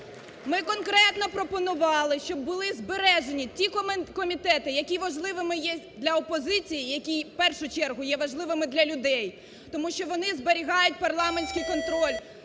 Ми конкретно пропонували, щоб були збережені ті комітети, які важливими є для опозиції, які в першу чергу є важливими для людей, тому що вони зберігають парламентський контроль